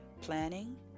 planning